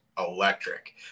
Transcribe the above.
electric